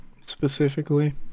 specifically